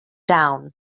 down